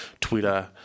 Twitter